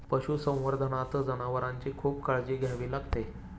पशुसंवर्धनात जनावरांची खूप काळजी घ्यावी लागते